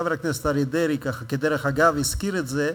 חבר הכנסת אריה דרעי ככה כדרך אגב הזכיר את זה: